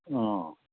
अँ